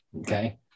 Okay